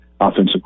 offensive